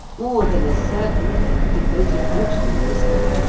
more than a servant a devoted henchman, miss lorne.